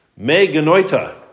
Meganoita